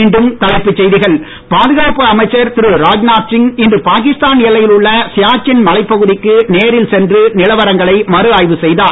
மீண்டும் தலைப்புச் செய்திகள் பாதுகாப்பு அமைச்சர் திரு ராஜ்நாத் சிங் இன்று பாகிஸ்தான் எல்லையில் உள்ள சியாச்சின் மலைப்பகுதிக்கு நேரில் சென்று நிலவரங்களை மறு ஆய்வு செய்தார்